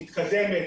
מתקדמת,